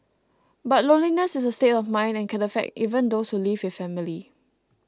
but loneliness is a state of mind and can affect even those who live with family